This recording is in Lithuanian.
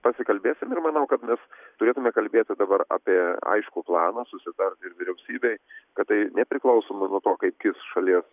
pasikalbėsim ir manau kad mes turėtume kalbėti dabar apie aiškų planą susitarti ir vyriausybėj kad tai nepriklausomai nuo to kaip kis šalies